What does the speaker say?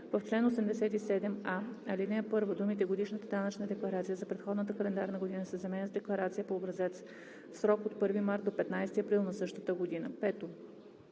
В чл. 87а, ал. 1 думите „годишната данъчна декларация за предходната календарна година“ се заменят с „декларация по образец в срок от 1 март до 15 април на същата година“. 5.